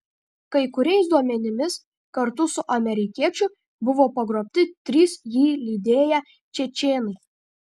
kai kuriais duomenimis kartu su amerikiečiu buvo pagrobti trys jį lydėję čečėnai